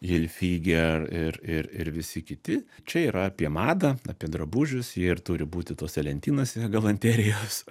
hilfiger ir ir ir visi kiti čia yra apie madą apie drabužius jie ir turi būti tose lentynose galanterijos